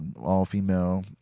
all-female